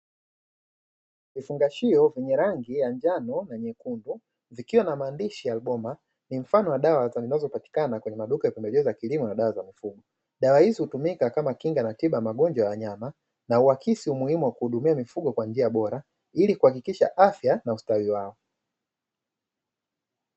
Vifungashio venye rangi ya njano na nyekundu vikiwa na maandishi Albomar ni mfano wa dawa zinazopatikana kwenye maduka ya pembejeo za kilimo na dawa za mifugo, dawa hizi hutumika kama kinga na tiba kwa magonjwa ya wanyama na huakisi umuhimu wa kuhudumia mifugo kwa njia bora ilikuhakikisha afya na ustawi wao.